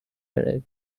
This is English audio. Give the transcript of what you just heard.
arrive